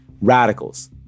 radicals